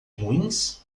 ruins